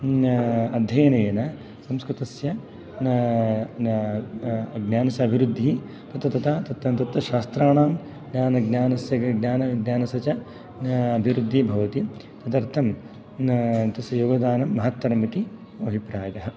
अध्ययनेन संस्कृतस्य ज्ञानस्य अभिवृद्धिः तत् तता तत्र शास्त्राणां ज्ञानस्य च अभिवृद्धि भवति तदर्थं तस्य योगदानं महत्तरम् इति मम अभिप्रायः